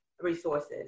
resources